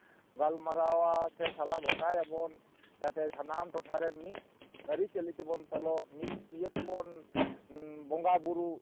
ᱜᱟᱞᱢᱟᱨᱟᱣᱟ ᱥᱮ ᱥᱟᱞᱟ ᱜᱚᱴᱟᱟᱵᱚᱱ ᱡᱟᱛᱮ ᱥᱟᱱᱟᱢ ᱴᱚᱴᱷᱟ ᱨᱮᱱ ᱢᱤᱫ ᱟᱹᱨᱤᱪᱟᱹᱞᱤ ᱛᱮᱵᱚᱱ ᱛᱚᱞᱚᱜ ᱢᱤᱫ ᱤᱭᱟᱹ ᱛᱮᱵᱚᱱ ᱵᱚᱸᱜᱟ ᱵᱩᱨᱩᱜ